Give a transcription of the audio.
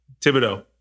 Thibodeau